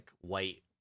white